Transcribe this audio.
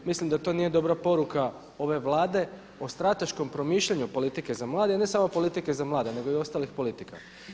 Mislim da to nije dobra poruka ove Vlade o strateškom promišljanju politike za mlade a ne samo politike za mlade nego i ostalih politika.